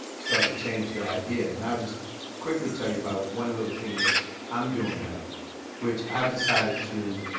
start to change their idea. and i'll just quickly tell you about one little thing that i'm doing now which i've decided to